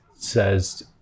Says